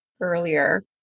earlier